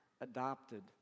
adopted